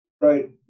Right